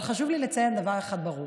אבל חשוב לי לציין דבר אחד ברור: